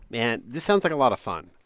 man, this sounds like a lot of fun.